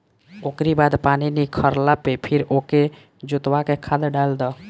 ओकरी बाद पानी निखरला पे फिर ओके जोतवा के खाद डाल दअ